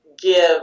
give